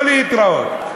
לא להתראות.